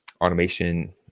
automation